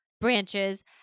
branches